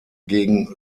gegen